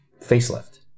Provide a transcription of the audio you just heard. facelift